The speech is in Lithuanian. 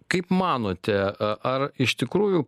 kaip manote ar iš tikrųjų